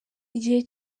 igihe